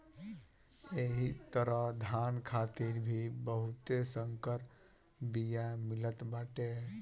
एही तरहे धान खातिर भी बहुते संकर बिया मिलत बाटे